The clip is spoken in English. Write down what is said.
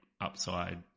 upside